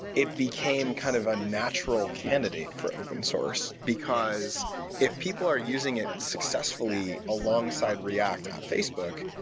it became kind of a natural candidate for open-source because if people are using it successfully alongside react at facebook,